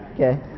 Okay